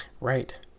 right